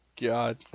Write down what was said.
God